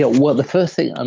ah well, the first thing. um